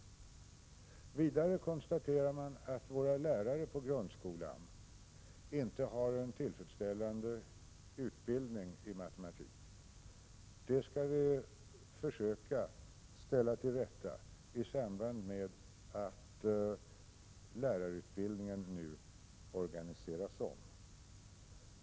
Vidare konstaterar man att våra lärare i grundskolan inte har en tillfredsställande utbildning i matematik. Det skall vi försöka ställa till rätta i samband med att lärarutbildningen nu organiseras om.